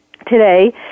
today